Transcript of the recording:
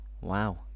wow